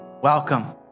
Welcome